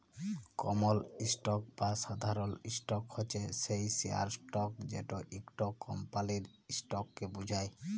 কমল stock বা সাধারল stock হছে সেই শেয়ারট যেট ইকট কমপালির ইসটককে বুঝায়